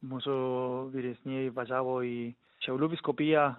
mūsų vyresnieji važiavo į šiaulių vyskupiją